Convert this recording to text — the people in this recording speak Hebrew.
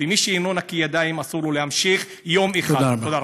ומי שאינו נקי ידיים אסור לו להמשיך יום אחד.